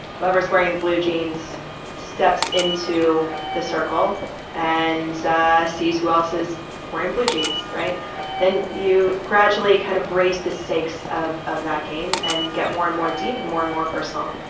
whoever is wearing blue jeans steps into the circle and sees who else is wearing blue jeans. then you gradually kind of raise the stakes of of that game and get more and more deep and more and more personal.